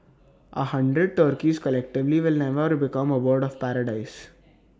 A hundred turkeys collectively will never become A bird of paradise